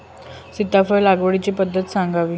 सीताफळ लागवडीची पद्धत सांगावी?